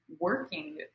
working